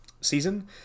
season